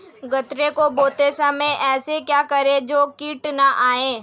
गन्ने को बोते समय ऐसा क्या करें जो कीट न आयें?